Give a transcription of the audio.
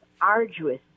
arduous